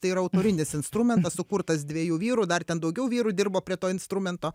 tai yra autorinis instrumentas sukurtas dviejų vyrų dar ten daugiau vyrų dirbo prie to instrumento